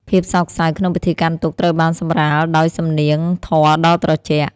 ភាពសោកសៅក្នុងពិធីកាន់ទុក្ខត្រូវបានសម្រាលដោយសំនៀងធម៌ដ៏ត្រជាក់។